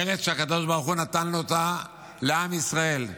ארץ שהקדוש ברוך הוא נתן אותה לעם ישראל.